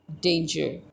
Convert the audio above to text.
danger